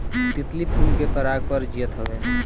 तितली फूल के पराग पर जियत हवे